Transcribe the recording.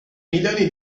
milioni